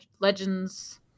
Legends